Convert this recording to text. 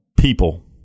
people